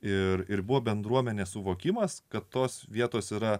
ir buvo bendruomenė suvokimas kad tos vietos yra